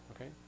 okay